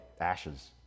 ashes